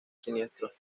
siniestro